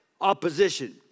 opposition